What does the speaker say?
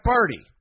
Party